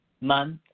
month